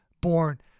born